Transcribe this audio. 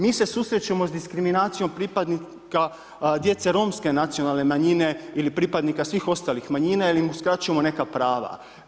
Mi se susrećemo sa diskriminacijom, pripadnika djece romske nacionalne manjine ili pripadnika svih ostalih manjina jer im uskraćujemo neka prava.